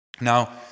Now